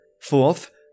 Fourth